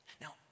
Now